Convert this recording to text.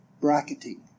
bracketing